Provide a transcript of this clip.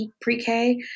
pre-K